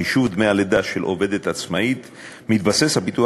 בחישוב דמי הלידה של עובדת עצמאית מתבסס הביטוח